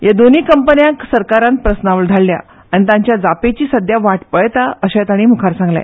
ह्या दोनीय कंपन्यात सरकारान प्रस्नावळ धाडल्या आनी तांच्या जापेची सद्या वत पळयता अशे ताणी मुखार सांगले